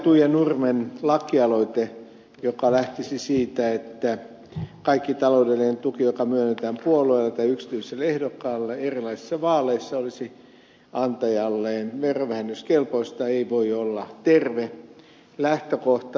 tuija nurmen lakialoite joka lähtisi siitä että kaikki taloudellinen tuki joka myönnetään puolueelle tai yksityiselle ehdokkaalle erilaisissa vaaleissa olisi antajalleen verovähennyskelpoista ei voi olla terve lähtökohta